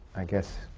i guess,